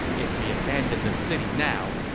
if we abandon the city now,